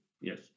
yes